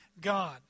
God